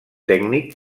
tècnic